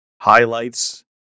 highlights